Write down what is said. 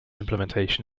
implementation